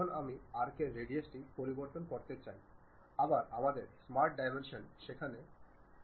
এখানে আমি আরেকটি নির্মাণ করতে চাই সম্ভবত একটি সার্কুলার নির্মাণ করতে চেষ্টা করুন সুতরাং সার্কেল